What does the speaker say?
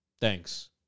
Thanks